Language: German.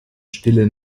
stille